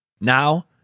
Now